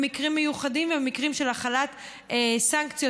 במקרים מיוחדים ובמקרים של החלת סנקציות